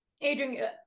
Adrian